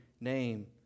name